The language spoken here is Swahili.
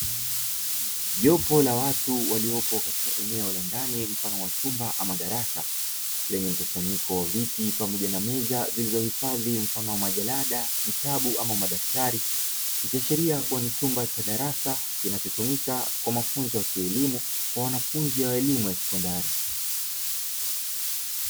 Jopo la watu waliopo katika eneo la ndani mfano wa chumba ama darasa lenye mkusanyiko wa viti pamoja meza zilizohifadhi mfano wa majalada, vitabu ama madaftari ikiashiria kuwa ni chumba cha darasa kinchotumika kwa mafunzo ya kielimu kwa wanafunzi wa elimu ya sekondari.